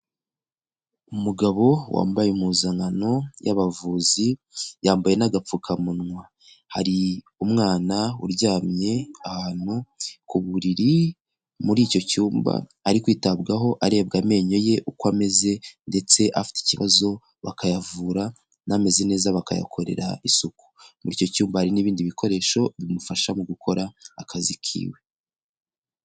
Umugabo wambaye impuzankano y'abavuzi, yambaye n'agapfukamunwa. Hari umwana uryamye ahantu ku buriri muri icyo cyumba, ari kwitabwaho arebwa amenyo ye uko ameze ndetse afite ikibazo bakayavura n'ameze neza bakayakorera isuku. Muri icyo cyumba hari n'ibindi bikoresho bimufasha mu gukora akazi kiwe.